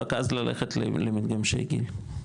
רק אז ללכת למתגמשי גיל.